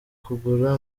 kugura